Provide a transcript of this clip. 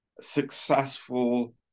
successful